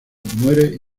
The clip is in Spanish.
muere